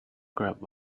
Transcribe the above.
grab